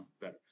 better